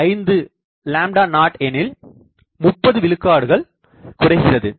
5 0 எனில் 30 விழுக்காடுகள் குறைகிறது